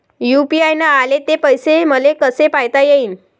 UPI न आले ते पैसे मले कसे पायता येईन?